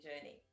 journey